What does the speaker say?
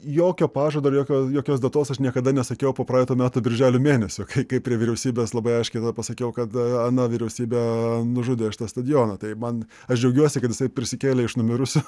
jokio pažado ir jokio jokios datos aš niekada nesakiau po praeitų metų birželio mėnesio kai prie vyriausybės labai aiškiai pasakiau kad ana vyriausybė nužudė šitą stadioną tai man aš džiaugiuosi kad jisai prisikėlė iš numirusių